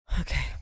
Okay